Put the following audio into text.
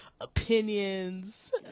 opinions